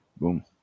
Boom